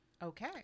Okay